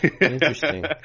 interesting